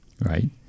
right